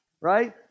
right